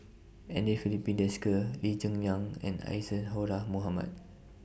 Andre Filipe Desker Lee Cheng Yan and Isadhora Mohamed